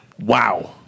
Wow